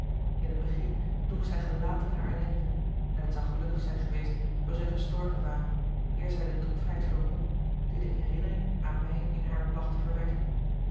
in het begin droeg zij gelaten haar ellende en het zou gelukkig zijn geweest zoo zij gestorven ware eer zij de droefheid verwon die de herinnering aan mij in haar placht te